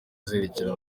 zerekeye